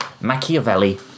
Machiavelli